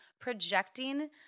projecting